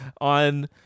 on